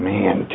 Man